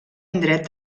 indret